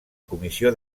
comissió